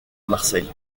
marseille